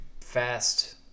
fast